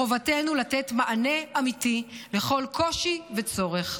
חובתנו לתת מענה אמיתי לכל קושי וצורך.